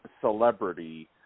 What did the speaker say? celebrity